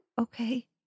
Okay